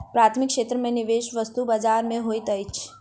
प्राथमिक क्षेत्र में निवेश वस्तु बजार में होइत अछि